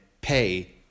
pay